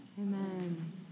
Amen